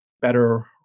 better